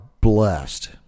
blessed